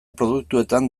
produktuetan